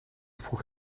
vroeg